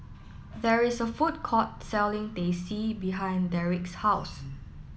there is a food court selling Teh C behind Derrek's house